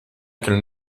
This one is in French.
qu’elle